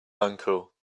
uncle